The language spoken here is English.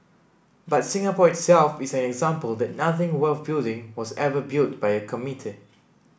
but Singapore itself is an example that nothing worth building was ever built by a committee